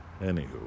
Anywho